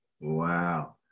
Wow